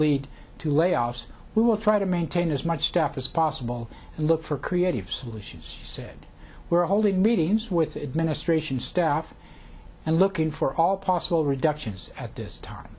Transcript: lead to layoffs we will try to maintain as much staff as possible and look for creative solutions said we're holding meetings with the administration staff and looking for all possible reductions at this time